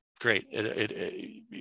great